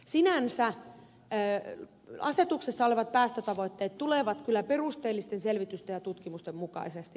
sinänsä asetuksessa olevat päästötavoitteet tulevat kyllä perusteellisten selvitysten ja tutkimusten mukaisesti